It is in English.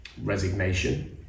resignation